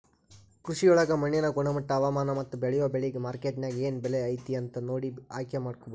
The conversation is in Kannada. ಕೃಷಿಯೊಳಗ ಮಣ್ಣಿನ ಗುಣಮಟ್ಟ, ಹವಾಮಾನ, ಮತ್ತ ಬೇಳಿಯೊ ಬೆಳಿಗೆ ಮಾರ್ಕೆಟ್ನ್ಯಾಗ ಏನ್ ಬೆಲೆ ಐತಿ ಅಂತ ನೋಡಿ ಬೆಳೆ ಆಯ್ಕೆಮಾಡಬೇಕು